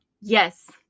Yes